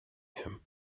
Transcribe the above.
him